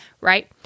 right